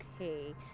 okay